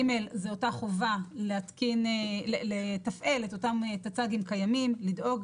ג' זו אותה החובה לתפעל את אותם הטצ"גים הקיימים ולדאוג.